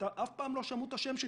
אף פעם לא שמעו את השם שלי.